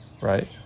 right